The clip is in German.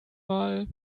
mal